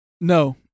no